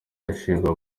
ashingwa